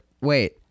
wait